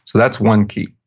so that's one key